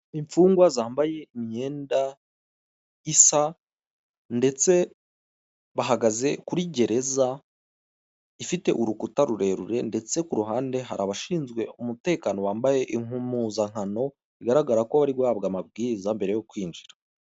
Imfungwa zambaye imyenda isa ndetse bahagaze kuri gereza ifite urukuta rurerure ndetse ku ruhande hari abashinzwe umutekano bambaye impuzankano, bigaragara ko bari guhabwa amabwiriza mbere yo kwinjira.